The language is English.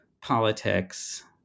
politics